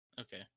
Okay